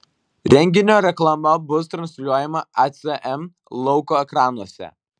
renginio reklama bus transliuojama acm lauko ekranuose